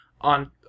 on